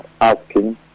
asking